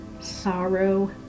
sorrow